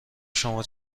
شما